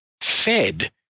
fed